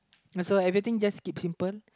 so everything just keep simple